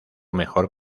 mejor